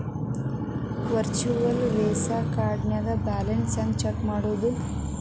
Virtual Visa ಕಾರ್ಡ್ನ್ಯಾಗ balance ಹೆಂಗ check ಮಾಡುದು?